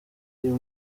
uyu